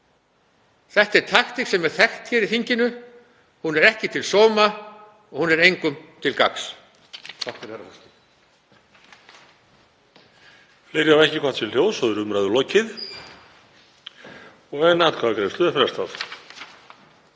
Þetta er taktík sem er þekkt í þinginu, hún er ekki til sóma og hún er engum til gagns.